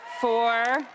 four